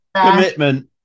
Commitment